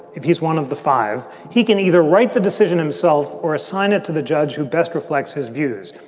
if he's one of the five, he can either write the decision himself or assign it to the judge who best reflects his views.